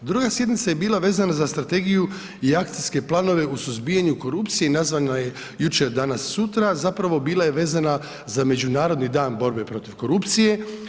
Druga sjednica je bila vezana za strategiju i akcijske planove u suzbijanju korupcije i nazvana je Jučer, danas, sutra, zapravo bila je vezana za Međunarodni dan borbe protiv korupcije.